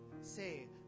Say